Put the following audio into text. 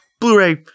Blu-ray